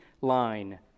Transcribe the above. line